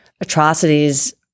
atrocities